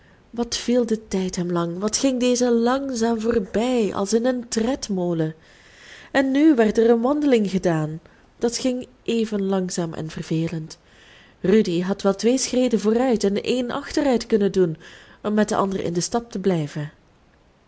wat viel de tijd hem lang wat ging deze langzaam voorbij als in een tredmolen en nu werd er een wandeling gedaan dat ging even langzaam en vervelend rudy had wel twee schreden vooruit en een achteruit kunnen doen om met de anderen in den stap te blijven